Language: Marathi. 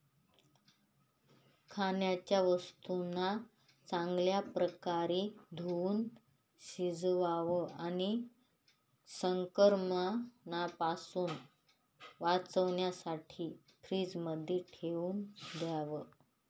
खाण्याच्या वस्तूंना चांगल्या प्रकारे धुवुन शिजवावं आणि संक्रमणापासून वाचण्यासाठी फ्रीजमध्ये ठेवून द्याव